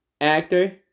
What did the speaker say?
actor